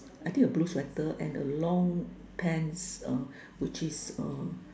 I think a blue sweater and a long pants um which is err